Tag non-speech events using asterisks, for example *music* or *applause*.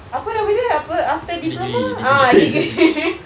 apa namanya apa after diploma ah degree *laughs*